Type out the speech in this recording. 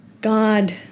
God